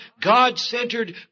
God-centered